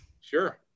Sure